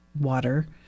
water